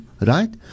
Right